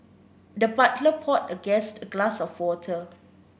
the butler poured the guest a glass of water